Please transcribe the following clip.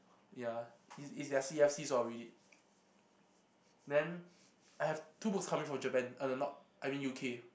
ya is is their C_F_C so I'll read it then I have two books coming from Japan uh uh not I mean U_K